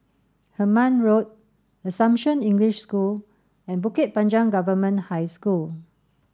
Hemmant Road Assumption English School and Bukit Panjang Government High School